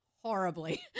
horribly